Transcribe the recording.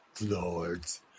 Lords